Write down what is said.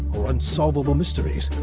or unsolvable mysteries,